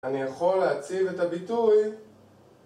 אני יכול להציב את הביטוי